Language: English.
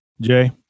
Jay